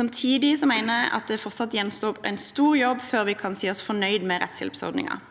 Samtidig mener jeg at det fortsatt gjenstår en stor jobb før vi kan si oss fornøyd med rettshjelpsordningen.